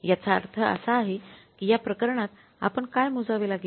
याचा अर्थ असा आहे की या प्रकरणात आपण काय मोजावे लागेल